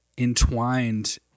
entwined